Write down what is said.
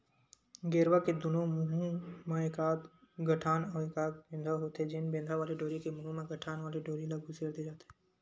गेरवा के दूनों मुहूँ म एकाक गठान अउ एकाक बेंधा होथे, जेन बेंधा वाले डोरी के मुहूँ म गठान वाले डोरी ल खुसेर दे जाथे